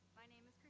my name is